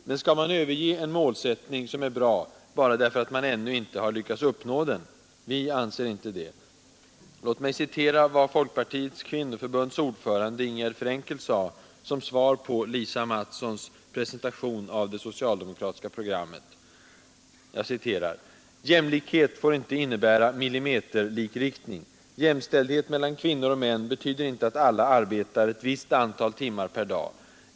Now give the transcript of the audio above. Men skall man överge en målsättning, som är bra, bara därför att man ännu inte har lyckats uppnå den? Vi anser inte det. Låt mig citera vad Folkpartiets kvinnoförbunds ordförande Ingegärd Frenkel sade som svar på Lisa Mattsons presentation av det socialdemokratiska programmet: ”Jämlikhet får inte innebära millimeterlikriktning. Jämställdhet mellan kvinnor och män betyder inte att alla arbetar ett visst antal timmar per dag.